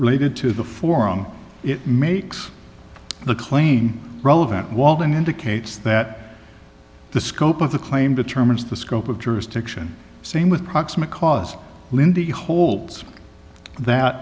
related to the forum it makes the claim relevant waldon indicates that the scope of the claim determines the scope of jurisdiction same with proximate cause lindi holds that